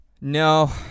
No